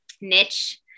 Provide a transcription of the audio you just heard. niche